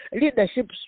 leadership